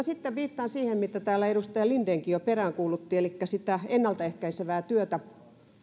sitten viittaan siihen mitä täällä edustaja lindenkin jo peräänkuulutti elikkä sitä ennalta ehkäisevää työtä